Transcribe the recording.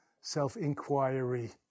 self-inquiry